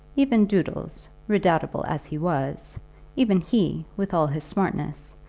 even doodles, redoubtable as he was even he, with all his smartness,